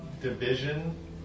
division